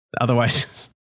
Otherwise